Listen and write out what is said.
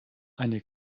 eine